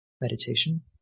meditation